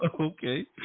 Okay